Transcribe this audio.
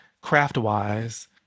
craft-wise